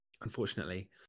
Unfortunately